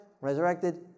resurrected